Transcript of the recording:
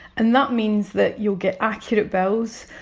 and that means that you'll get accurate bills.